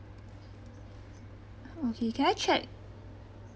okay can I check